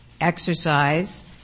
exercise